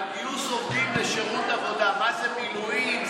גיוס עובדים לשירות עבודה, מה זה, מילואים?